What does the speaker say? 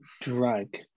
drag